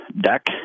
deck